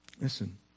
Listen